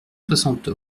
soixante